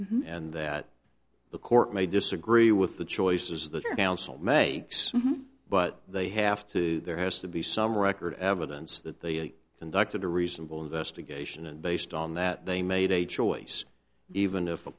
and that the court may disagree with the choices that are counsel may but they have to there has to be some record evidence that they conducted a reasonable investigation and based on that they made a choice even if a